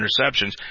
interceptions